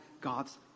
God's